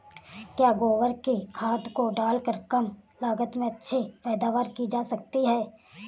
क्या गोबर की खाद को डालकर कम लागत में अच्छी पैदावारी की जा सकती है?